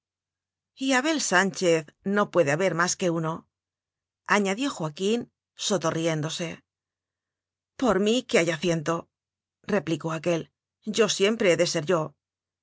v abel sánchez no puede haber más que uno añadió joaquín sotorriéndose por mí que haya ciento replicó aquél yo siempre he de ser yo